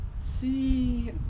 see